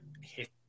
hit